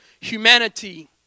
humanity